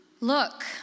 Look